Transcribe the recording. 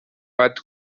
bat